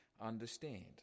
understand